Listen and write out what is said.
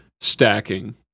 stacking